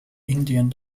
indien